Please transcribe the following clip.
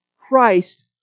Christ